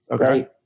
Okay